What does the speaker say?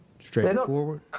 Straightforward